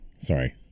sorry